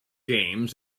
games